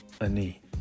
Ani